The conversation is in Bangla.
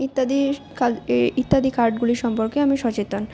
ইত্যাদি ইত্যাদি কার্ডগুলি সম্পর্কে আমি সচেতন